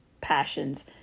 passions